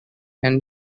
and